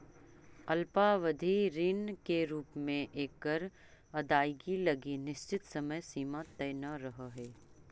अल्पावधि ऋण के रूप में एकर अदायगी लगी निश्चित समय सीमा तय न रहऽ हइ